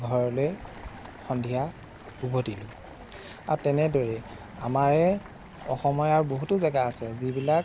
ঘৰলৈ সন্ধিয়া উভতিলোঁ আৰু তেনেদৰেই আমাৰে অসমৰেই আৰু বহুতো জেগা আছে যিবিলাক